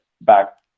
back